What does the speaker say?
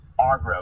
Argro